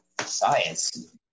Science